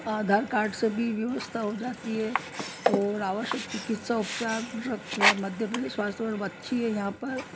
आधार card से भी हो जाती है और आवश्यक चिकित्सा उपचार मध्य प्रदेश स्वास्थ्य अच्छी है यहाँ पर